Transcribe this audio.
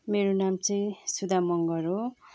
मेरो नाम चाहिँ सुधा मङ्गर हो